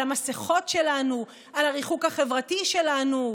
על המסכות שלנו, על הריחוק החברתי שלנו,